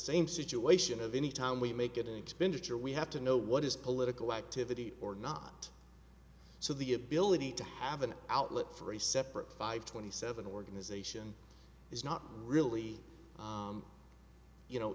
same situation of anytime we make it an expenditure we have to know what is political activity or not so the ability to have an outlet for a separate five twenty seven organization is not really you know